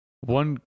One